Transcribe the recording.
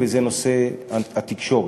וזה נושא התקשורת.